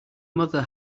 mother